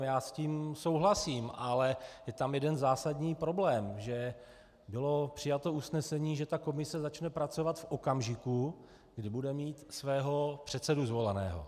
Já s tím souhlasím, ale je tam jeden zásadní problém, že bylo přijato usnesení, že ta komise začne pracovat v okamžiku, kdy bude mít svého zvoleného předsedu.